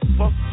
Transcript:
fuck